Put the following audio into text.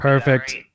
Perfect